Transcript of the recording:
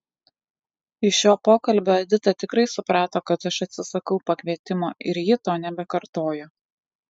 iš šio pokalbio edita tikrai suprato kad aš atsisakau pakvietimo ir ji to nebekartojo